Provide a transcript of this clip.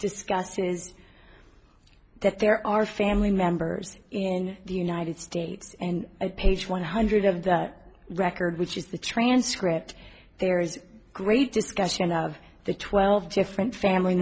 discussed is that there are family members in the united states and page one hundred of the record which is the transcript there is a great discussion of the twelve different family